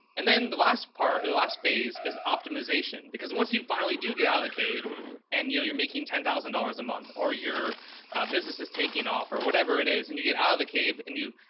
and then the last part, the last phase is optimization because once you finally do get out of the cave and you know, you're making ten thousand dollars a month or your businesses taking off or whatever it is, and you get out of the cave and you.